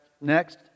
next